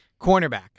Cornerback